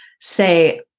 say